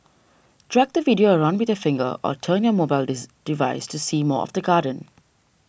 drag the video around with your finger or turn your mobile device to see more of the garden